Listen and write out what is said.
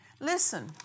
Listen